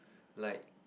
like